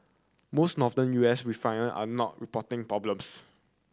most Northern U S refiner are not reporting problems